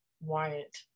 wyatt